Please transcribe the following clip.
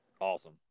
Awesome